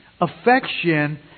affection